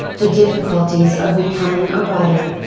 the difficulties of becoming a writer.